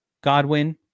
Godwin